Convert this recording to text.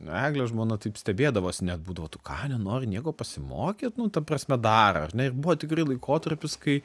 eglė žmona taip stebėdavosi net būdavo tu ką nenori nieko pasimokyt nu ta prasme dar ar ne ir buvo tikrai laikotarpis kai